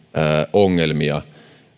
ongelmia